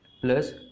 plus